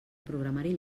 programari